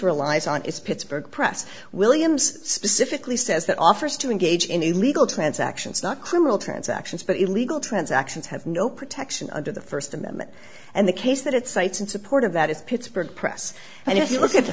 relies on is pittsburgh press williams specifically says that offers to engage in illegal transactions not criminal transactions but illegal transactions have no protection under the first amendment and the case that it cites in support of that is pittsburgh press and if you look at the